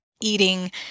eating